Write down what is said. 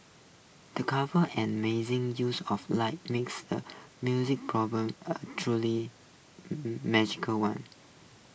the clever and amazing use of lighting makes the musical problem A truly magical one